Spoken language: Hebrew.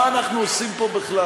אין לך בושה?